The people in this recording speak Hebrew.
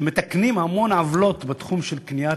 שמתקנים המון עוולות בתחום של קנייה,